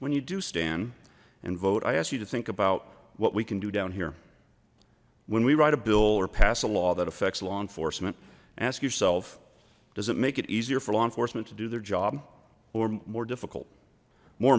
when you do stand and vote i ask you to think about what we can do down here when we write a bill or pass a law that affects law enforcement ask yourself does it make it easier for law enforcement to do their job or more difficult more